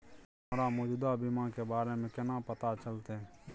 हमरा मौजूदा बीमा के बारे में केना पता चलते?